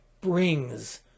brings